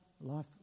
life